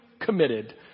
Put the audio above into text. committed